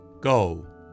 Go